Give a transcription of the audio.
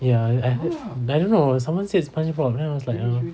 ya I heard I don't know someone said spongebob then I was like I don't know